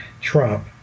Trump